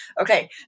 Okay